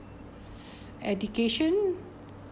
education